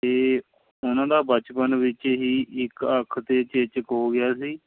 ਅਤੇ ਉਹਨਾਂ ਦਾ ਬਚਪਨ ਵਿੱਚ ਹੀ ਇੱਕ ਅੱਖ 'ਤੇ ਚੇਚਕ ਹੋ ਗਿਆ ਸੀ